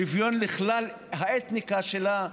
שוויון לכלל האתניקה שלה,